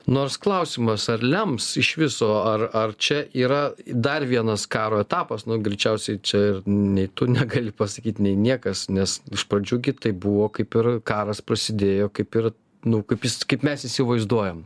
nors klausimas ar lems iš viso ar ar čia yra dar vienas karo etapas nu greičiausiai čia ir nei tu negali pasakyt nei niekas nes iš pradžių gi tai buvo kaip ir karas prasidėjo kaip ir nu kaip jis kaip mes įsivaizduojam